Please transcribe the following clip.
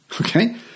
Okay